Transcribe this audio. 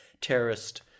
terrorist